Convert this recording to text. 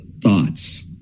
thoughts